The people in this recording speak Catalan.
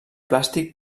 plàstic